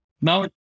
Now